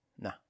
No